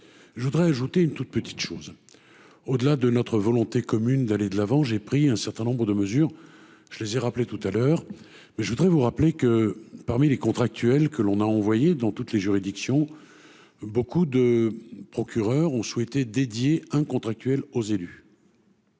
je voudrais ajouter une toute petite chose au-delà de notre volonté commune d'aller de l'avant, j'ai pris un certain nombre de mesures, je les ai rappelé tout à l'heure, mais je voudrais vous rappeler que parmi les contractuels, que l'on a envoyé dans toutes les juridictions, beaucoup de procureurs ont souhaité dédier un contractuel aux élus.